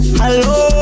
hello